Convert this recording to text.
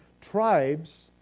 tribes